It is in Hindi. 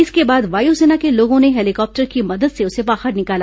इसके बाद वायुसेना के लोगों ने हेलीकॉप्टर की मदद से उसे बाहर निकाला